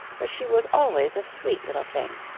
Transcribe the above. but she was always a sweet little thing.